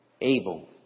able